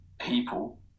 people